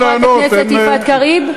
חברת הכנסת יפעת קריב?